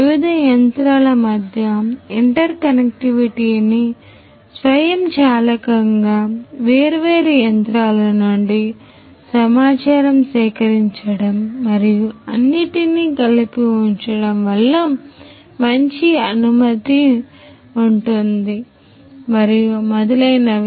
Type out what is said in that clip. వివిధ యంత్రాల మధ్య ఇంటర్కనెక్టివిటీని స్వయంచాలకంగా ఉంటుంది మరియు మొదలైనవి